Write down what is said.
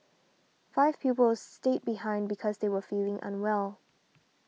five pupils stayed behind because they were feeling unwell